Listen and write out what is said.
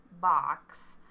box